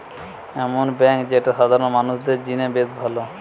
এমন বেঙ্ক যেটা সাধারণ মানুষদের জিনে বেশ ভালো